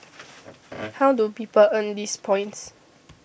how do people earn these points